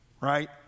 right